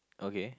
okay